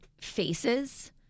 faces